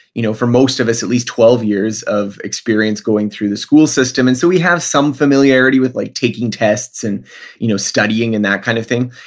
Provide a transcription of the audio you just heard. you know for most of us, at least twelve years of experience going through the school system, and so we have some familiarity with like taking tests and you know studying and that kind of thing.